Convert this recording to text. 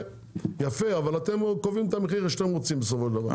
אבל אתם קובעים את המחיר שאתם רוצים בסופו של דבר,